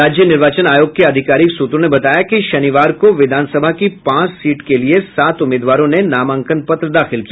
राज्य निर्वाचन आयोग के अधिकारिक सूत्रों ने बताया कि शनिवार को विधानसभा की पांच सीट के लिए सात उम्मीदवारों ने नामांकन पत्र दाखिल किया